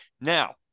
now